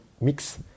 mix